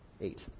Eight